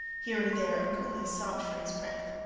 here and there a coolie sobbed for his breath.